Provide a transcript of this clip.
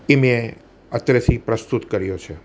એ મેં અત્રેથી પ્રસ્તુત કર્યો છે